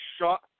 shot